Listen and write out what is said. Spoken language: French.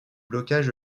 blocage